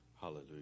Hallelujah